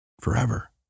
forever